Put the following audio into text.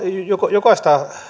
jokaista